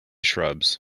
shrubs